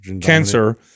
cancer